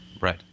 Right